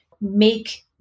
make